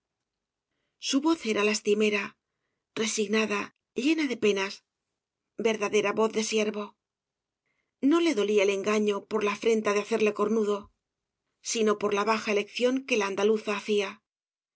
su voz era lastimera resignada llena de penas verdadera voz de siervo no le dolía el engaño por la afrenta de hacerle cornudo ísí obras de valle inclan sino por la baja elección que la andaluza hacía